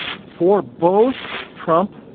for both trump,